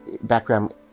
background